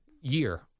year